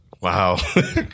Wow